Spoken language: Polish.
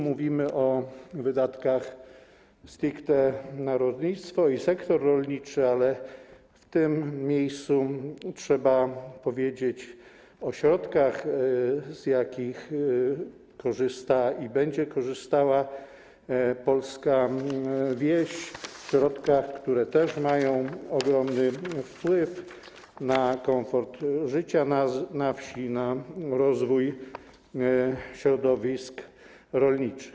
Mówimy tu o wydatkach stricte na rolnictwo i sektor rolniczy, ale w tym miejscu trzeba powiedzieć o środkach, z jakich korzysta i będzie korzystała polska wieś, środkach, które też mają ogromny wpływ na komfort życia na wsi, na rozwój środowisk rolniczych.